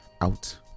out